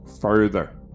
further